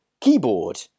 keyboard